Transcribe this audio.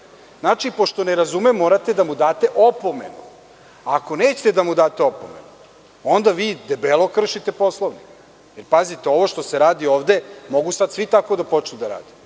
kažete. Pošto ne razume, morate da mu date opomenu. Ako nećete da mu date opomenu, onda vi debelo kršite Poslovnik. Pazite, ovo što se radi ovde, mogu sada svi tako da počnu da rade.